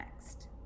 next